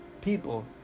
people